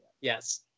Yes